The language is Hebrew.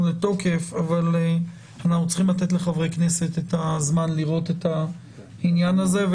לתוקף אבל אנחנו צריכים לתת לחברי הכנסת את הזמן לראות את העניין הזה.